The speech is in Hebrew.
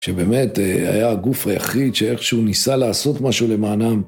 שבאמת היה הגוף היחיד שאיכשהו ניסה לעשות משהו למענם.